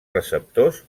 receptors